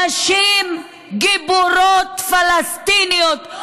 נשים גיבורות פלסטיניות,